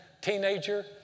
teenager